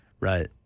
Right